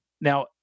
Now